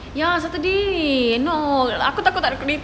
ya saturday no aku takut tak ada kena